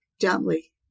gently